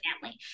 family